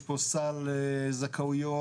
יש פה סל זכאויות.